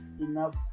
enough